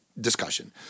discussion